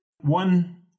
one